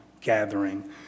gathering